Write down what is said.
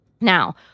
Now